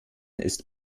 ist